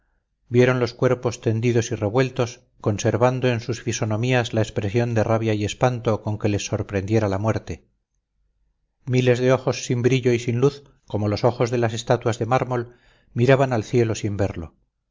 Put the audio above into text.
vieron los cuerpos tendidos y revueltos conservando en sus fisonomías la expresión de rabia y espanto con que les sorprendiera la muerte miles de ojos sin brillo y sin luz como los ojos de las estatuas de mármol miraban al cielo sin verlo